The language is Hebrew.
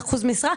54% משרה.